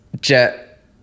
Jet